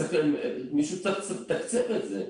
אבל מישהו צריך לתקצב את זה?